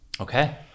Okay